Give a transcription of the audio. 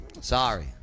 Sorry